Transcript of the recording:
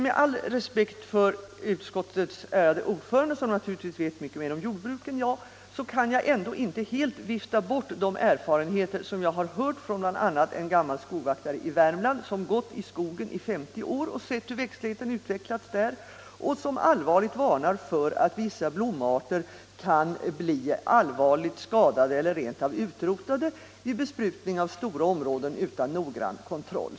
Med all respekt för utskottets ärade ordförande, som naturligtvis vet mycket mer om jordbruk än jag, kan jag ändå inte helt vifta bort de erfarenheter som bl.a. en gammmal skogvaktare i Värmland berättat 85 om. Han har gått i skogen i 50 år och sett hur växtligheten utvecklats där, och han varnar allvarligt för att vissa blomarter kan bli svårt skadade eller rent av utrotade vid besprutning av stora områden utan noggrann kontroll.